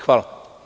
Hvala.